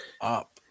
up